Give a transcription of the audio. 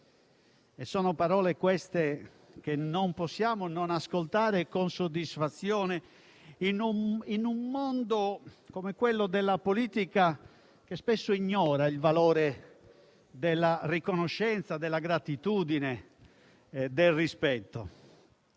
Sono parole, queste, che non possiamo non ascoltare con soddisfazione in un mondo come quello della politica, che spesso ignora il valore della riconoscenza, della gratitudine e del rispetto.